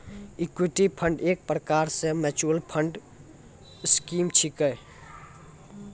equity fund एक प्रकार रो मिच्युअल फंड स्कीम छिकै